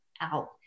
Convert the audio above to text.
out